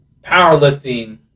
powerlifting